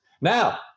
Now